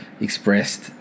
expressed